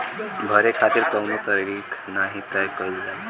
भरे खातिर कउनो तारीख नाही तय कईल जाला